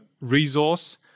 resource